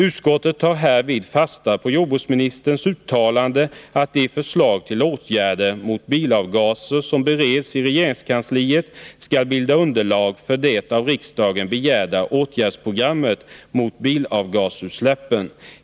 Utskottet tar härvid fasta på jordbruksministerns uttalande att de förslag till åtgärder mot bilavgaser som bereds i regeringskansliet skall bilda underlag för det av riksdagen begärda åtgärdsprogrammet mot bilavgasutsläppen.